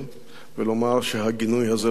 ולומר שהגינוי הזה לא מספיק.